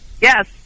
Yes